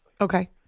Okay